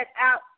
out